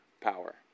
power